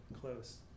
close